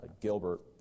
Gilbert